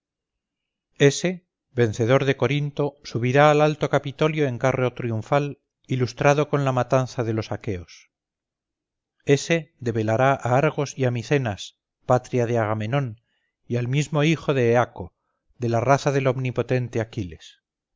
vencedor de corinto subirá al alto capitolio en carro triunfal ilustrado con la matanza de los aqueos ese debelará a argos y a micenas patria de agamenón y al mismo hijo de eaco de la raza del omnipotente aquiles